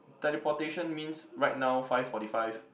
teleportation means right now five forty five